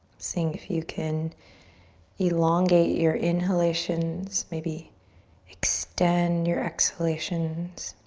seeing if you can elongate your inhalations. maybe extend your exhalations.